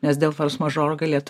nes dėl forsmažoro galėtų